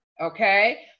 okay